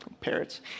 parrots